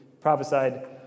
prophesied